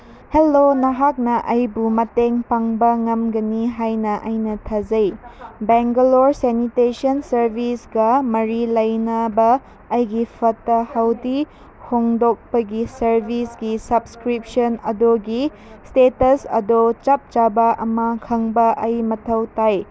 hello ꯅꯍꯥꯛꯅ ꯑꯩꯕꯨ ꯃꯇꯦꯡ ꯄꯥꯡꯕ ꯉꯝꯒꯅꯤ ꯍꯥꯏꯅ ꯑꯩꯅ ꯊꯥꯖꯩ ꯕꯦꯡꯒꯂꯣꯔ ꯁꯦꯅꯤꯇꯦꯁꯟ ꯁꯥꯔꯕꯤꯁꯒ ꯃꯔꯤ ꯂꯩꯅꯕ ꯑꯩꯒꯤ ꯐꯠꯇ ꯍꯥꯎꯗꯤ ꯍꯣꯡꯗꯣꯛꯄꯒꯤ ꯁꯥꯔꯕꯤꯁꯀꯤ ꯁꯕꯁꯀ꯭ꯔꯤꯞꯁꯟ ꯑꯗꯨꯒꯤ ꯏꯁꯇꯦꯇꯁ ꯑꯗꯣ ꯆꯞ ꯆꯥꯕ ꯑꯃ ꯈꯪꯕ ꯑꯩ ꯃꯊꯧ ꯇꯥꯏ